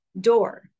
door